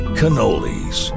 cannolis